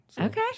Okay